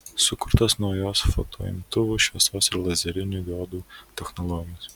sukurtos naujos fotoimtuvų šviesos ir lazerinių diodų technologijos